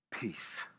peace